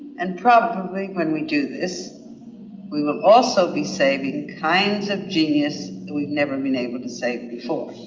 and probably when we do this we will also be saving kinds of genius that we've never been able to save before.